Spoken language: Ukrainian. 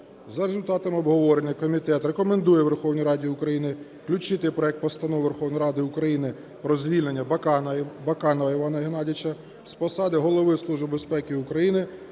За результатом обговорення комітет рекомендує Верховній Раді України включити проект Постанови Верховної Ради про звільнення Баканова Івана Геннадійовича з посади Голови Служби безпеки України